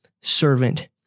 servant